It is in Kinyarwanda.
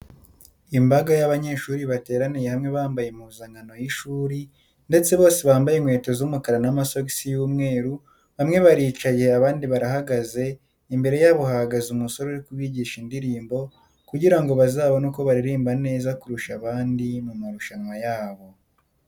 Imbaga y'abanyeshuri bateraniye hamwe bambaye impuzankano y'ishuri ndetse bose bambaye inkweto z'umukara n'amasogisi y'umweru, bamwe baricaye abandi barahagaze, imbere yabo hahagaze umusore uri kubigisha indirimbo kugira ngo bazabone uko baririmba neza kurusha abandi mu marushanwa yabo.